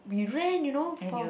we ran you know for